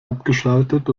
abgeschaltet